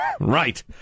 Right